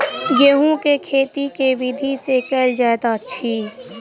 गेंहूँ केँ खेती केँ विधि सँ केल जाइत अछि?